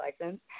license